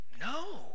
No